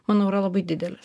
manau yra labai didelis